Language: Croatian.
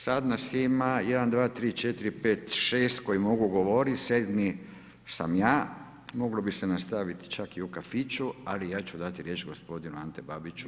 Sada nas ima 1,2,3,4,5,6 koji mogu govoriti 7. sam ja, moglo bi se nastaviti čak i u kafiću, ali ja ću dati riječ gospodinu Anti Babiću.